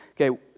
okay